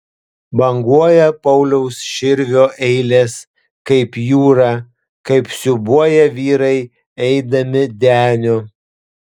banguoja pauliaus širvio eilės kaip jūra kaip siūbuoja vyrai eidami deniu